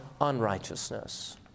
unrighteousness